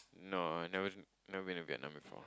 no I never never been to Vietnam before